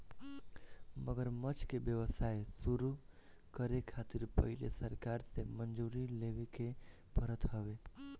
मगरमच्छ के व्यवसाय शुरू करे खातिर पहिले सरकार से मंजूरी लेवे के पड़त हवे